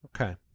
Okay